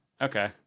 Okay